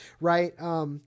right